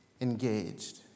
Engaged